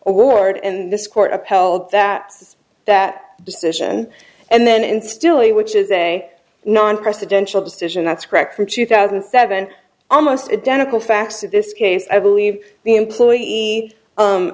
award and this court upheld that that decision and then and still a which is a non presidential decision that's correct from two thousand and seven almost identical facts of this case i believe the employee